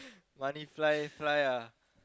money fly fly ah